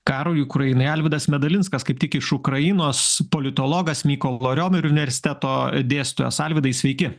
karui ukrainoje alvydas medalinskas kaip tik iš ukrainos politologas mykolo riomerio universiteto dėstytojas alvydai sveiki